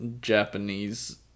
Japanese